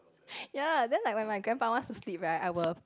ya then like when my grandpa wants to sleep right I will